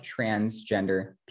transgender